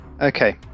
Okay